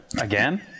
again